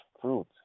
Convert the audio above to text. fruit